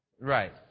Right